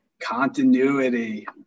Continuity